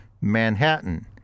manhattan